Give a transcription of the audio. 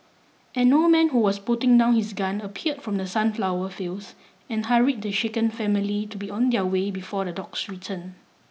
an old man who was putting down his gun appeared from the sunflower fields and hurried the shaken family to be on their way before the dogs return